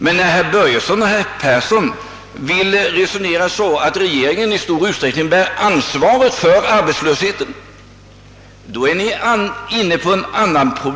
Men när herr Börjesson och herr Persson resonerar så, att regeringen i stor utsträckning bär ansvaret för arbetslösheten, så är ni inne på en annan sak.